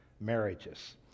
marriages